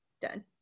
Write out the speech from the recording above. Done